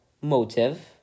motive